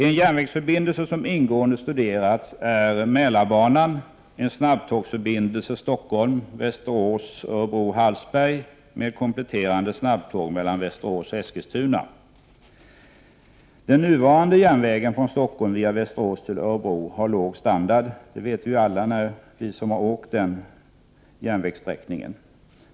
En järnvägsförbindelse som ingående studerats är Mälarbanan — en snabbtågsförbindelse Stockholm-Västerås-Örebro-Hallsberg med kompletterande snabbtåg mellan Västerås och Eskilstuna. Den nuvarande järnvägen från Stockholm via Västerås till Örebro har låg standard — det vet ju alla vi som har färdats den järnvägssträckan.